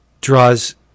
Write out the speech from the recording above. draws